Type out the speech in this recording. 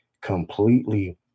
completely